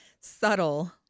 Subtle